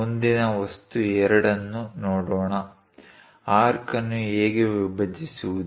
ಮುಂದಿನ ವಸ್ತು 2 ಅನ್ನು ನೋಡೋಣ ಆರ್ಕ್ ಅನ್ನು ಹೇಗೆ ವಿಭಜಿಸುವುದು